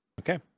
Okay